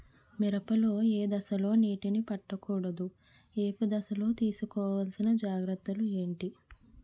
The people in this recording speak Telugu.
మిరప లో ఏ దశలో నీటినీ పట్టకూడదు? ఏపు దశలో తీసుకోవాల్సిన జాగ్రత్తలు ఏంటి?